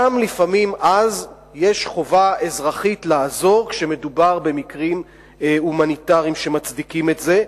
גם אז יש חובה אזרחית לעזור כשמדובר במקרים הומניטריים שמצדיקים את זה.